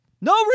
no